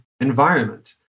environment